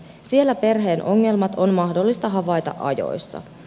siellä perheen ongelmat on mahdollista havaita ajoissa